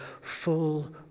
full